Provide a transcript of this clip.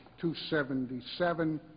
277